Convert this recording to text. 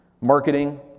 Marketing